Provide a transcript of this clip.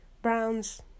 Browns